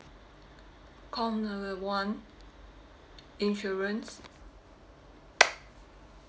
call number one insurance